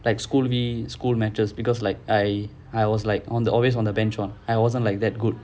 like school V school matches because like I I was like I always on the bench [one] I wasn't like that good